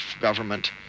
government